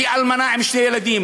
היא אלמנה עם שני ילדים,